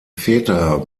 väter